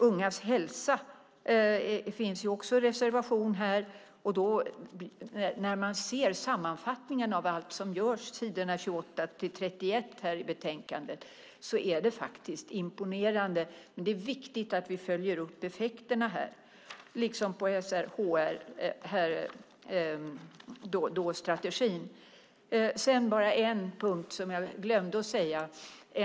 Ungas hälsa finns det också en reservation om. När jag på s. 28-31 i betänkandet ser sammanställningen av vad som görs tycker jag faktiskt att ett är imponerande, men det är viktigt att vi följer upp effekterna, liksom när det gäller SRHR-strategin. Jag ska ta upp en punkt som jag glömde att nämna tidigare.